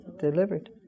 delivered